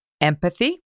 Empathy